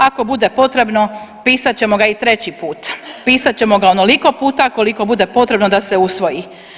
A ako bude potrebno pista ćemo ga i treći put, pista ćemo ga onoliko puta koliko bude potrebno da se usvoji.